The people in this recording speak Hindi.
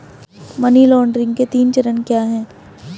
मनी लॉन्ड्रिंग के तीन चरण क्या हैं?